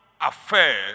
affairs